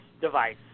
device